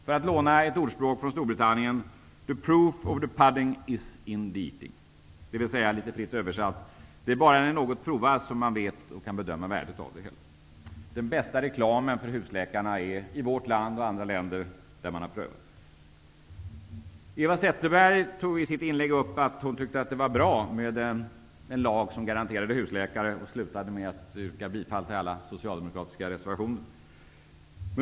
För att låna ett ordspråk från Storbritannien: ''The proof of the pudding is in the eating'', dvs., litet fritt översatt, det är bara när något provas som man kan bedöma dess värde. Den bästa reklamen för husläkarna är länder där systemet har prövats. Eva Zetterberg sade att hon tyckte att det var bra med en lag som garanterade husläkare, och hon avslutade sitt anförande med att yrka bifall till alla socialdemokratiska reservationer.